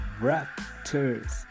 Raptors